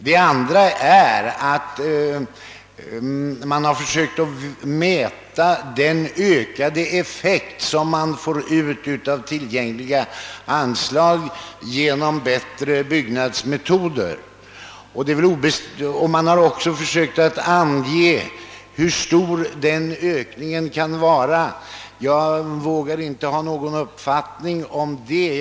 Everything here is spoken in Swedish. Den andra är att man genom bättre byggnadsmetoder söker få ökad effekt av tillgängliga an slag. Man har försökt mäta hur stor den ökningen kan vara, men jag vågar inte ha någon uppfattning om den saken.